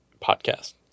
podcast